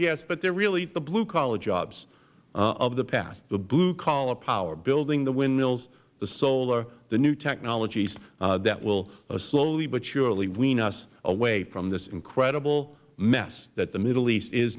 yes but they are really the blue collar jobs of the past the blue collar power building the wind mill the solar the new technologies that will slowly but surely wean us away from this incredible mess that the middle east is